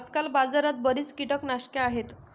आजकाल बाजारात बरीच कीटकनाशके आहेत